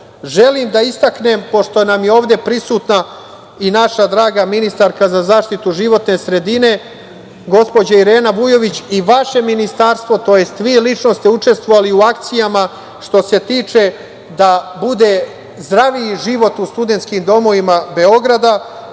da istaknem, pošto nam je ovde prisutna i naša draga ministarka za zaštitu životne sredine, gospođa Irena Vujović, i vaše ministarstvo, tj. vi lično, ste učestvovali u akcijama da bude zdraviji život u studentskim domovima Beograda